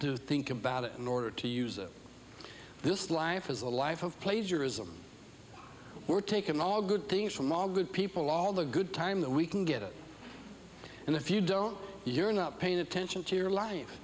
to think about it in order to use this life as a life of plagiarism were taken all good things from all good people all the good time that we can get and if you don't you're not paying attention to your life